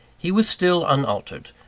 he was still unaltered.